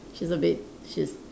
she's a bit she's